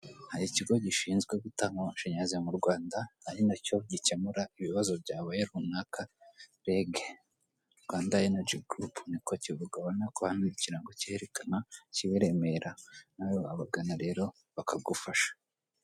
Hari ikigo gishinzwe gutanga amashanyarazi mu Rwanda, ari na cyo gishinzwe gukemura ibibazo runaka, REG, (Rwandwa Energy Group) ni ko kivuga, urabona ko hari n'ikirango kiherekana, kiba i Remera, nawe wabagana rero bakagufasha.